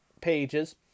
pages